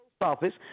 office